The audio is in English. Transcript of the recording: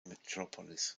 metropolis